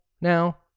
now